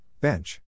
bench